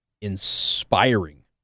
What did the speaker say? inspiring